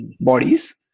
bodies